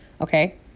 okay